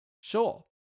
sure